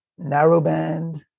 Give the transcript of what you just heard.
narrowband